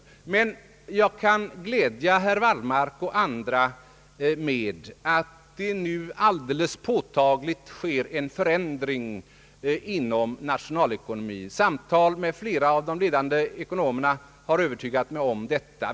Jag kan emellertid glädja herr Wallmark och andra med att det nu alldeles påtagligt sker en förändring inom äm net nationalekonomi. Samtal med flera av de ledande ekonomerna har övertygat mig om det.